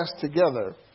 together